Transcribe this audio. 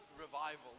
revival